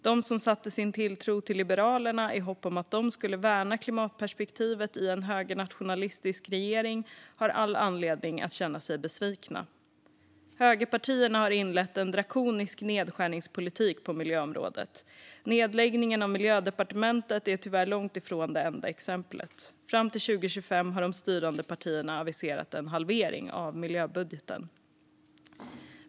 De som satte sin tilltro till Liberalerna i hopp om att de skulle värna klimatperspektivet i en högernationalistisk regering har all anledning att känna sig besvikna. Högerpartierna har inlett en drakonisk nedskärningspolitik på miljöområdet. Nedläggningen av Miljödepartementet är tyvärr långt ifrån det enda exemplet. Fram till 2025 har de styrande partierna aviserat en halvering av miljöbudgeten.